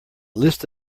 list